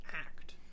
act